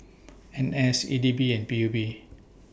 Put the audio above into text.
N S E D B and P U B